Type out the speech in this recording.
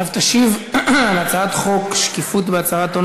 עכשיו תשיב על הצעת חוק שקיפות בהצהרת הון